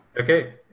Okay